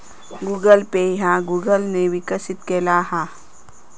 Google pay ह्या Google ने विकसित केला हा